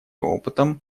опытом